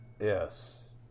Yes